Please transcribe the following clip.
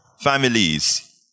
families